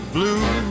blue